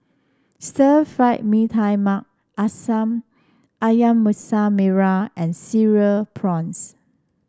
Stir Fry Mee Tai Mak ayam Masak Merah and Cereal Prawns